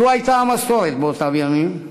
זו הייתה המסורת באותם ימים.